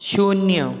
शून्य